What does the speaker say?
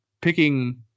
picking